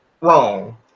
wrong